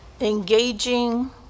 engaging